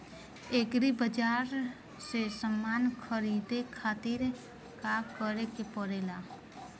Agri बाज़ार से समान ख़रीदे खातिर का करे के पड़ेला?